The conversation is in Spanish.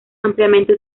ampliamente